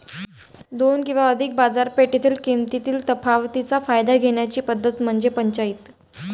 दोन किंवा अधिक बाजारपेठेतील किमतीतील तफावतीचा फायदा घेण्याची पद्धत म्हणजे पंचाईत